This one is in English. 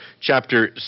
chapter